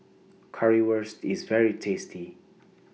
Currywurst IS very tasty